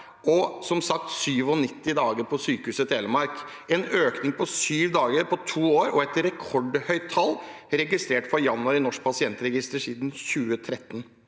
og som sagt: 97 dager på Sykehuset Telemark. Det er en økning på syv dager på to år og et rekordhøyt tall registrert for januar i Norsk pasientregister etter 2013.